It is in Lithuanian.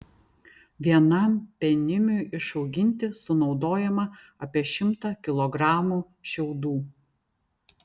vienam penimiui išauginti sunaudojama apie šimtą kilogramų šiaudų